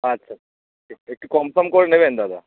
আচ্ছা এক একটু কনফার্ম করে নেবেন দাদা